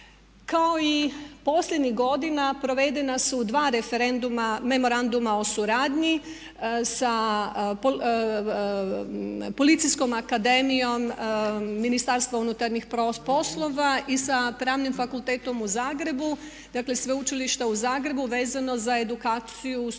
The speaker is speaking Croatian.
Kao i posljednjih godina provedena su 2 referenduma, memoranduma o suradnji sa Policijskom akademijom Ministarstva unutarnjih poslova i sa Pravnim fakultetom u Zagrebu Sveučilišta u Zagrebu vezano za edukaciju studenata